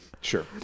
Sure